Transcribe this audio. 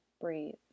breathe